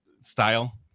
style